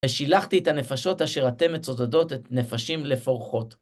ושילחתי את הנפשות אשר אתם מצודדות את נפשים לפורחות.